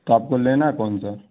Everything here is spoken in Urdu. تو آپ کو لینا کون سا ہے